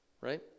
right